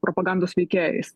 propagandos veikėjais